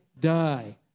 die